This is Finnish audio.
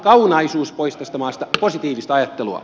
kaunaisuus pois tästä maasta positiivista ajattelua